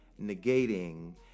negating